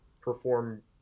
perform